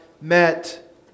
met